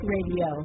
Radio